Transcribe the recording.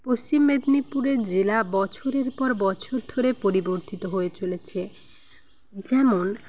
পশ্চিম মেদিনীপুরের জেলা বছরের পর বছুর ধরে পরিবর্তিত হয়ে চলেছে যেমন